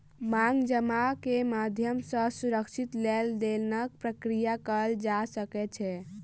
मांग जमा के माध्यम सॅ सुरक्षित लेन देनक प्रक्रिया कयल जा सकै छै